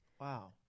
Wow